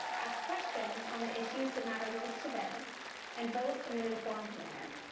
ask questions on the issues that matter most to them and vote in an informed manner.